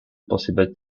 possible